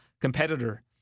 competitor